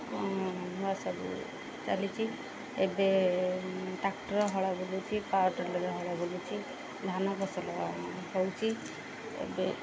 ନୂଆ ସବୁ ଚାଲିଛି ଏବେ ଟ୍ରାକ୍ଟର୍ ହଳ ବୁଲୁଛି ପାୱାର୍ ଟିଲର୍ ହଳ ବୁଲୁଛି ଧାନ ଫସଲ ହେଉଛି ଏବେ